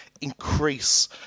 increase